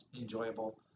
enjoyable